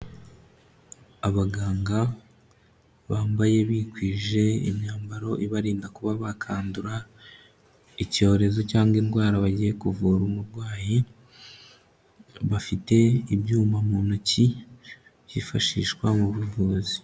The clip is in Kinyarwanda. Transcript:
Abaganga bambaye bikwije imyambaro ibarinda kuba bakandura icyorezo cyangwa indwara bagiye kuvura umurwayi, bafite ibyuma mu ntoki byifashishwa mu buvuzi.